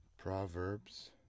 Proverbs